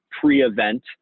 pre-event